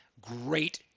Great